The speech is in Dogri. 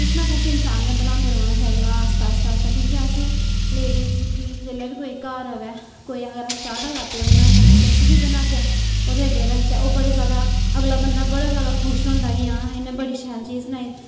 कुछ ना कुछ इंसान ने बनांदे रौह्ना चाहिदा आस्ता आस्ता आस्ता क्योंकि असें लेडीज गी जिसलै बी कोई घर आवै कोई अगर अस चाह् दा कप्प गै बनाचे जां किश बी बनाचे ओह्दे अग्गे रक्खचे ओह् बड़ा जैदा अगला बंदा बड़ा जैदा खुश होंदा कि हां इ'न्नै बड़ी शैल चीज बनाई